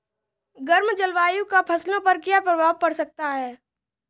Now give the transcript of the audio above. गर्म जलवायु का फसलों पर क्या प्रभाव पड़ता है?